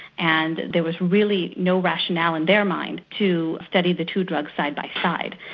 and there was really no rationale in their mind, to study the two drugs side-by-side.